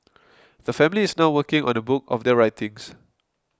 the family is now working on a book of their writings